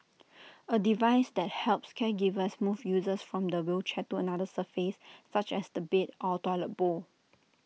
A device that helps caregivers move users from the wheelchair to another surface such as the bed or toilet bowl